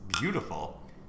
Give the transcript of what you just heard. beautiful